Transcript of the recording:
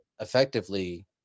effectively